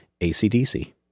ACDC